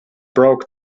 broke